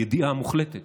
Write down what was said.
ידיעה מוחלטת